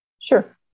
Sure